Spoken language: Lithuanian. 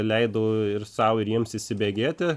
leidau ir sau ir jiems įsibėgėti